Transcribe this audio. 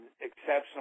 exceptional